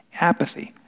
Apathy